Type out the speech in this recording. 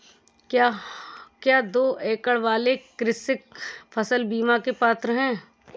क्या दो एकड़ वाले कृषक फसल बीमा के पात्र हैं?